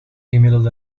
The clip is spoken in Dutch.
gemiddelde